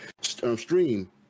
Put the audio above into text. stream